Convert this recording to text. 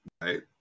right